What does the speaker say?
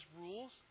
rules